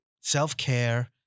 self-care